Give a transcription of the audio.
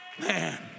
man